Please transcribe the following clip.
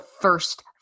first